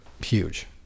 Huge